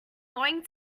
going